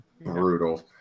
brutal